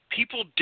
People